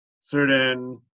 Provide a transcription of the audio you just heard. certain